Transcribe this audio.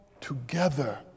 together